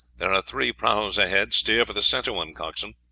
there are three prahus ahead steer for the center one, coxswain.